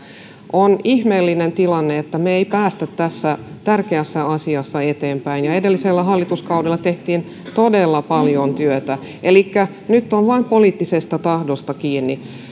on ihmeellinen tilanne että me emme pääse tässä tärkeässä asiassa eteenpäin edellisellä hallituskaudella tehtiin todella paljon työtä elikkä nyt asia on vain poliittisesta tahdosta kiinni